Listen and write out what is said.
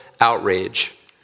outrage